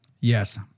Yes